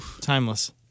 timeless